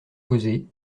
causer